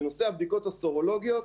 בנושא הבדיקות הסרולוגיות,